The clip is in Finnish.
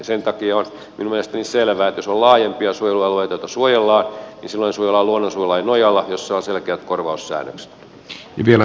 sen takia on minun mielestäni selvää että jos on laajempia suojelualueita joita suojellaan niin silloin ne suojellaan luonnonsuojelulain nojalla jossa on selkeät korvaussäännökset